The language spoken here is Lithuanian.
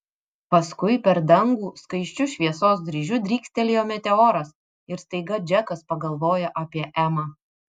paskui per dangų skaisčiu šviesos dryžiu drykstelėjo meteoras ir staiga džekas pagalvojo apie emą